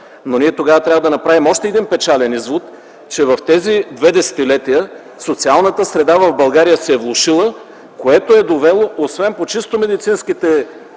Но тогава ние трябва да направим още един печален извод, че в тези две десетилетия социалната среда в България се влошила, което е довело освен по чисто медицинските